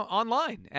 online